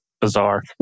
Bizarre